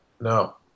No